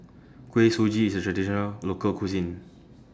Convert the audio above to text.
Kuih Suji IS A Traditional Local Cuisine